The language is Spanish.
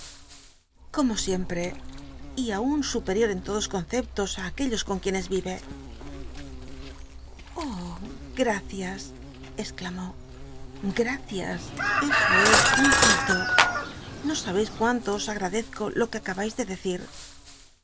como siempre y aun supcl'ior en lodos conceptos ú aquellos con quienes vive oh gmcias exclamó gacias eso es tan cierto no s beis cuánto os ngadczco lo que acabais de decir